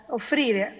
offrire